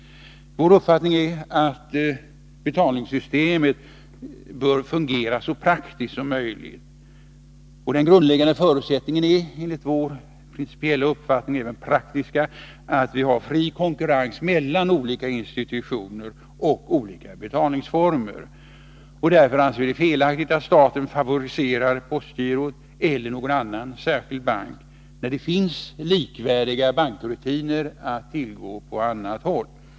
Vår uppfattning är att betalningssystemet skall fungera så praktiskt som möjligt. Den grundläggande förutsättningen är enligt vår principiella uppfattning att det skall förekomma fri konkurrens mellan olika institutioner och betalningsformer. Det är också mest praktiskt. Därför anser vi det fel av staten att favorisera postgirot eller någon annan särskild bank, när det finns likvärdiga bankrutiner att tillgå på annat håll.